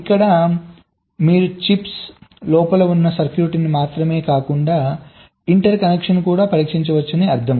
ఇక్కడ మీరు చిప్స్ లోపల ఉన్న సర్క్యూట్రీని మాత్రమే కాకుండా ఇంటర్ కనెక్షన్లను కూడా పరీక్షించవచ్చని అర్థం